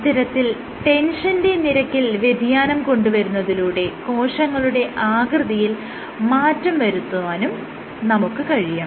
ഇത്തരത്തിൽ ടെൻഷണറെ നിരക്കിൽ വ്യതിയാനം കൊണ്ടുവരുന്നതിലൂടെ കോശങ്ങളുടെ ആകൃതിയിൽ മാറ്റം വരുത്താനും നമുക്ക് കഴിയും